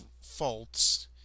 faults